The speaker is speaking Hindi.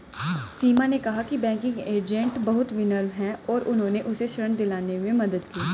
सीमा ने कहा कि बैंकिंग एजेंट बहुत विनम्र हैं और उन्होंने उसे ऋण दिलाने में मदद की